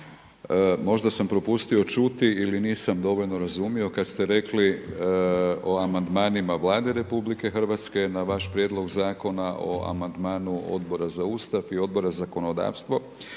možda sam propustio čuti ili nisam dovoljno razumio kada ste rekli o amandmanima Vlade RH na vaš prijedlog zakona o amandmanu Odbora za Ustav i Odbora za zakonodavstvo.